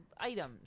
items